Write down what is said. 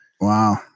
Wow